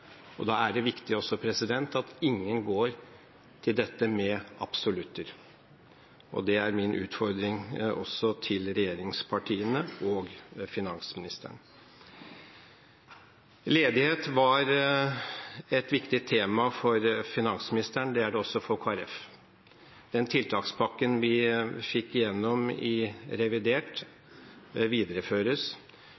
Da er det viktig også at ingen går til dette med absolutter. Det er min utfordring også til regjeringspartiene og finansministeren. Ledighet var et viktig tema for finansministeren. Det er det også for Kristelig Folkeparti. Den tiltakspakken vi fikk igjennom i revidert,